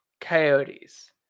Coyotes